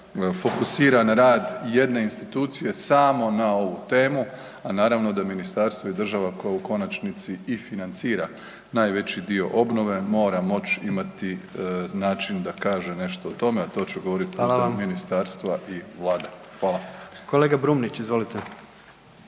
fokusiran rad jedne institucije samo na ovu temu, a naravno da ministarstvo i država koja u konačnici i financira najveći dio obnove mora moć imati način da kaže nešto o tome, a to ću govoriti putem ministarstva …/Upadica: Hvala/… i vlade.